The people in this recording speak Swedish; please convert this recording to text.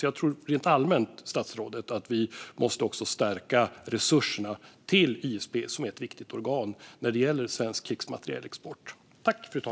Jag tror därför att vi rent allmänt måste stärka resurserna till ISP, som är ett viktigt organ när det gäller svensk krigsmaterielexport.